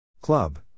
Club